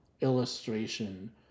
illustration